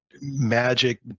Magic